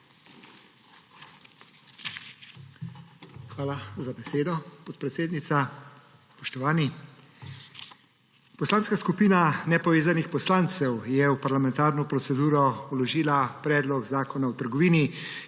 Hvala za besedo, podpredsednica. Spoštovani! Poslanska skupina nepovezanih poslancev je v parlamentarno proceduro vložila predlog Zakona o trgovini,